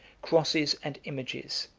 crosses and images,